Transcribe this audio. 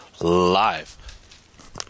live